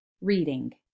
reading